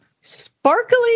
sparkly